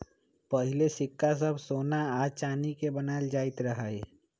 पहिले सिक्का सभ सोना आऽ चानी के बनाएल जाइत रहइ